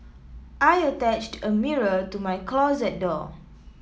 I attached a mirror to my closet door